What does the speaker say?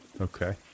Okay